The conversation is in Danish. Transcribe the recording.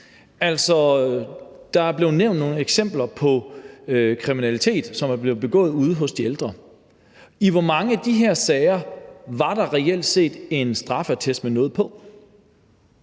der er blevet nævnt nogle eksempler på kriminalitet, som er blevet begået ude hos de ældre. I hvor mange af de her sager var der reelt set en straffeattest med noget på?